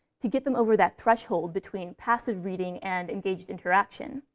to get them over that threshold between passive reading and engaged interaction.